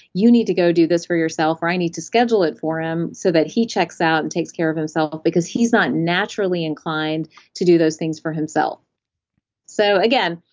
you need to go do this for yourself, or i need to schedule it for him so that he checks out, and takes care of himself, because he's not naturally inclined to do those things for himself so again,